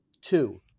two